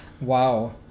Wow